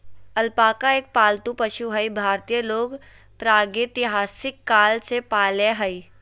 alpaca एक पालतू पशु हई भारतीय लोग प्रागेतिहासिक काल से पालय हई